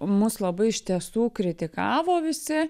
mus labai iš tiesų kritikavo visi